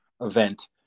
event